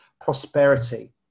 prosperity